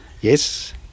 Yes